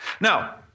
Now